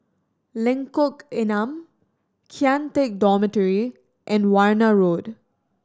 Lengkong Enam Kian Teck Dormitory and Warna Road